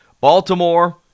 Baltimore